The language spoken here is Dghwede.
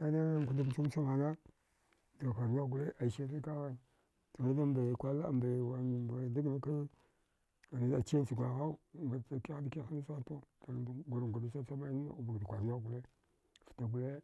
ainighighnkwada mchumcha mana dakwarwigh gole ai sirni kaghi dghidabe kwarlaɗambe gagna kana zɗa chinch gwaghaudakiha dakihana zgha gurankwada chachama makda kwarwigh gole fta gole.